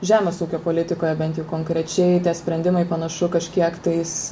žemės ūkio politikoje bent jau konkrečiai tie sprendimai panašu kažkiek tais